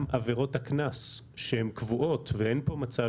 גם עבירות הקנס שהן קבועות ואין פה מצב